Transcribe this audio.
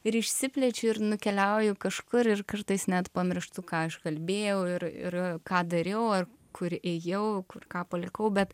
ir išsiplečiu ir nukeliauju kažkur ir kartais net pamirštu ką aš kalbėjau ir ir ką dariau ar kur ėjau ką palikau bet